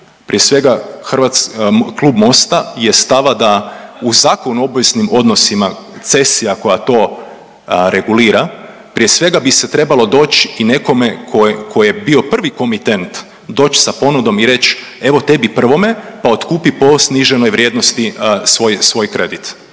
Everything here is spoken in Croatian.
lešinarenja, klub Mosta je stava da u Zakonu o obveznim odnosima cesija koja to regulira prije svega bi se trebalo doći i nekome tko je bio prvi komitent doći sa ponudom i reći evo tebi prvome, pa otkupi po sniženoj vrijednosti svoj kredit.